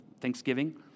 Thanksgiving